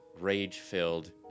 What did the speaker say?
rage-filled